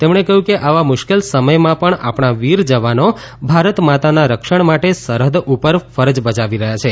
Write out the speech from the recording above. તેમણે કહ્યું કે આવા મુશ્કેલ સમથમાં પણ આપણા વીર જવાનો ભારતમાતાના રક્ષણ માટે સરહદ ઉપર ફરજ બજાવી રહ્યા છે